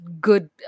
good